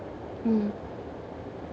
mm